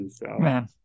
man